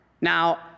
Now